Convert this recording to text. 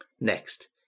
Next